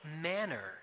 manner